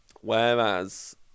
Whereas